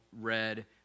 read